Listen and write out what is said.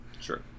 Sure